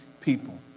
people